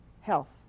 Health